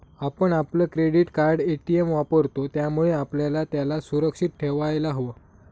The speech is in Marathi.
आपण आपलं क्रेडिट कार्ड, ए.टी.एम वापरतो, त्यामुळे आपल्याला त्याला सुरक्षित ठेवायला हव